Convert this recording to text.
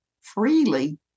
freely